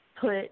put